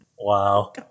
Wow